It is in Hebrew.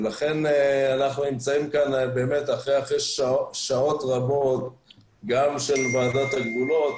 לכן אנחנו נמצאים כאן באמת אחרי ששעות רבות גם של ועדת הגבולות,